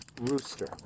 rooster